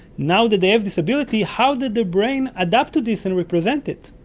now that they have this ability, how did the brain adapt to this and represent it?